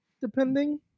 depending